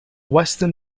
western